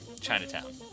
Chinatown